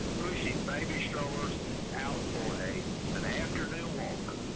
pushing baby strollers out for a an afternoon walk